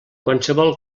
qualsevol